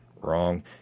Wrong